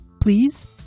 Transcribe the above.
please